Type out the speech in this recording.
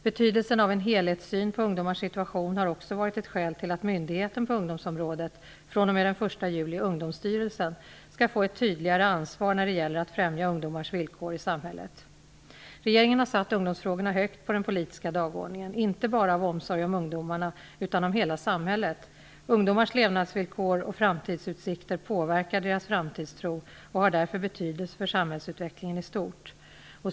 Betydelsen av en helhetssyn på ungdomars situation har också varit ett skäl till att myndigheten på ungdomsområdet -- fr.o.m. den 1 juli Ungdomsstyrelsen -- skall få ett tydligare ansvar när det gäller att främja ungdomars villkor i samhället. Regeringen har satt ungdomsfrågorna högt på den politiska dagordningen inte bara av omsorg om ungdomarna utan om hela samhället. Ungdomars levnadsvillkor och framtidsutsikter påverkar deras framtidstro och har därför betydelse för samhällsutvecklingen i stort.